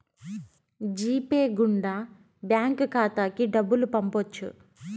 G Pay గుండా bank ఖాతాకి డబ్బులు పంపొచ్చు